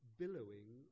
billowing